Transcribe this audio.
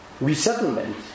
resettlement